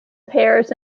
paris